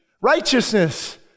Righteousness